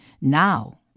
Now